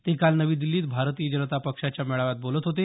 ते काल नवी दिल्लीत भारतीय जनता पक्षाच्या मेळाव्यात बोलत होते